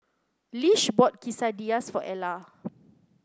Lish bought Quesadillas for Ela